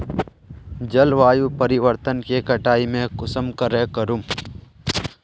जलवायु परिवर्तन के कटाई में कुंसम करे करूम?